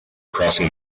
crossing